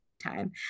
time